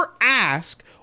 ask